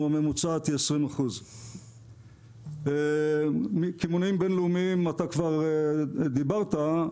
הממוצעת היא 20%. קמעונאים בינלאומיים אתה כבר דיברת,